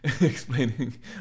explaining